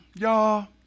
Y'all